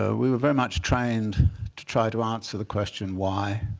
ah we were very much trained to try to answer the question, why?